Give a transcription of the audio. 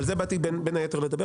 על זה באתי, בין היתר, לדבר.